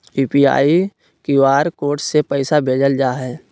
UPI, QR code से पैसा भेजल जा हइ